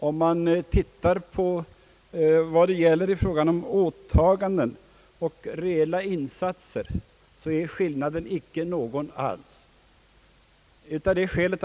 Om man undersöker om det är någon skillnad i fråga om åtaganden och reella insatser finner man emellertid att skillnaden då är obefintlig.